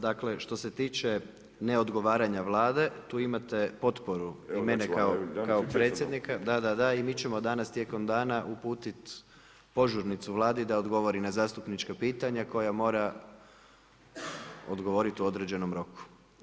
Dakle, što se tiče neodgovaranja Vlade, tu imate potporu, od mene kao predsjednika … [[Upadica se ne čuje.]] da, da, da i mi ćemo danas tijekom dana uputiti požurnicu Vladi da odgovori na zastupnička pitanja, koja mora odgovoriti u određenom roku.